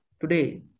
today